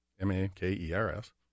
M-A-K-E-R-S